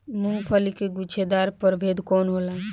मूँगफली के गुछेदार प्रभेद कौन होला?